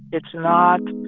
it's not